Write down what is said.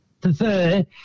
prefer